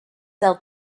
sell